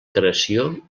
creació